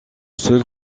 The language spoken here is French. seul